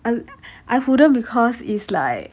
I I couldn't because it's like